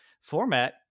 format